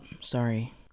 Sorry